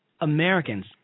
Americans